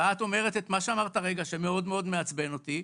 ואת אומרת את מה שאמרת הרגע שמאוד מאוד מעצבן אותי,